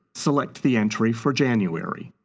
select the entry for january.